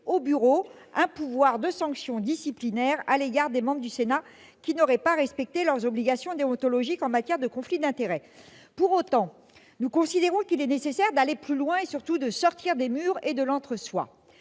au bureau un pouvoir de sanction disciplinaire envers les membres du Sénat qui n'auraient pas respecté leurs obligations déontologiques en la matière. Pour autant, il nous semble nécessaire d'aller plus loin et, surtout, de sortir des murs et de l'entre-soi.